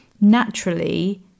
naturally